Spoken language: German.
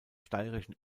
steirischen